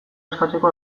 eskatzeko